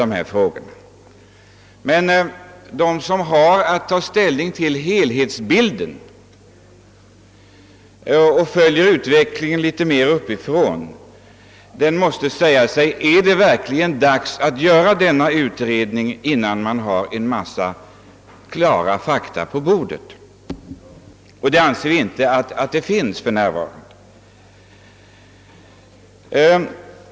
Den som har att ta ställning till helhetsbilden och som följer utvecklingen litet mer uppifrån måste dock fråga sig: Är det verkligen dags att göra denna undersökning innan en mängd av fakta ligger klara på bordet? Det anser vi inte för närvarande vara fallet.